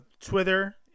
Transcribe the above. Twitter